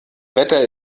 wetter